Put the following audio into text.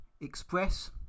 Express